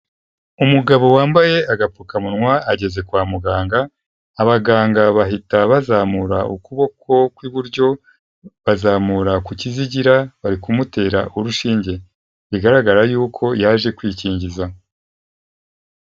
Umugabo wambaye agapfukamunwa ageze kwa muganga, abaganga bahita bazamura ukuboko kw'iburyo, bazamura ku kizigira, bari kumutera urushinge. Bigaragara yuko yaje kwikingiza.